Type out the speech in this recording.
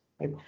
right